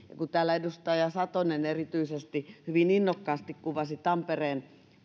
kun täällä erityisesti edustaja satonen hyvin innokkaasti kuvasi tampereen